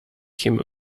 him